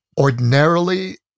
Ordinarily